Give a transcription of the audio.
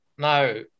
No